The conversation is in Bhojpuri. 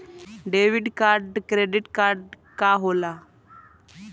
डेबिट और क्रेडिट कार्ड का होला?